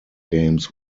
games